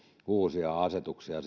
uusia asetuksia